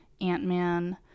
ant-man